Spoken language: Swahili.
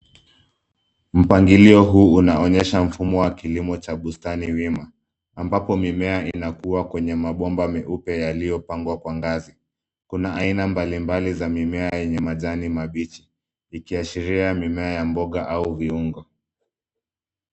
Mpangilio huu unaonyesha mfumo wa kilimo cha bustani wima, ambapo mimea inakua kwenye mabomba meupe yaliyopangwa kwa ngazi. Kuna aina mbali mbali za mimea yenye majani mabichi, ikiashiria mimea ya mboga au viungo.